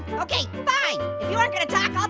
okay, fine! if you aren't gonna talk, ah